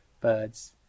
birds